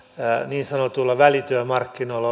niin sanotuilla välityömarkkinoilla